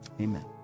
amen